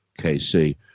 KC